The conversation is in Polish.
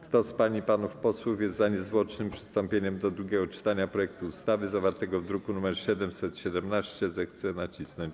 Kto z pań i panów posłów jest za niezwłocznym przystąpieniem do drugiego czytania projektu ustawy, zawartego w druku nr 717, zechce nacisnąć